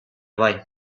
bai